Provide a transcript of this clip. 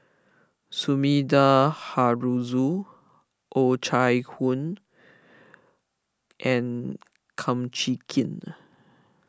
Sumida Haruzo O Chai Hoo and Kum Chee Kin